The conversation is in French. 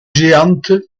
géante